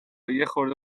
یخورده